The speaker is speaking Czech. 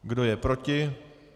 Kdo je proti?